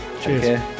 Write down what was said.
Cheers